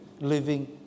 living